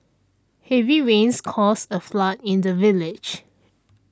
heavy rains caused a flood in the village